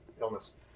illness